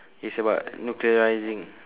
it's about nuclear rising